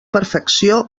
perfecció